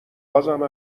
بازم